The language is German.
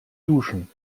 duschen